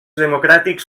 democràtics